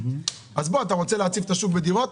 אתה רוצה להציף את השוק בדירות?